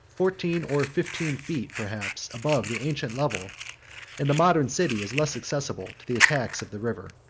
fourteen or fifteen feet, perhaps, above the ancient level and the modern city is less accessible to the attacks of the river.